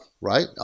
right